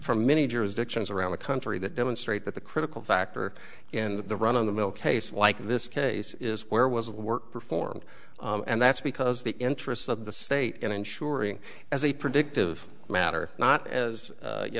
from many jurisdictions around the country that demonstrate that the critical factor in the run of the mill case like this case is where was the work performed and that's because the interests of the state and ensuring as a predictive matter not as